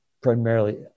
primarily